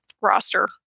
roster